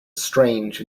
strange